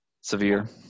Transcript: severe